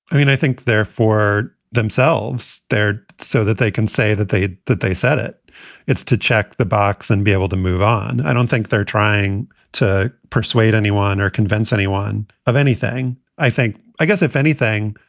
i mean, i think they're for themselves. they're so that they can say that they had that they said it it's to check the box and be able to move on. i don't think they're trying to persuade anyone or convince anyone of anything. i think i guess if anything,